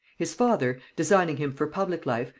his father, designing him for public life,